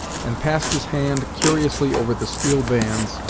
and passed his hand curiously over the steel bands,